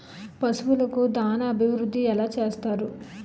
పశువులకు దాన అభివృద్ధి ఎలా చేస్తారు?